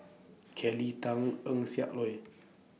Kelly Tang Eng Siak Loy